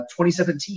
2017